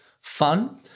fun